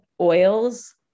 oils